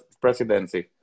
presidency